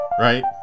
right